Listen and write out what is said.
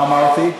מה אמרתי?